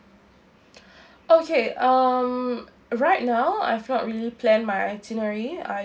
okay um right now I've not really plan my itinerary